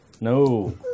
No